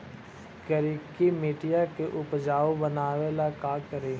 करिकी मिट्टियां के उपजाऊ बनावे ला का करी?